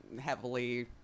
heavily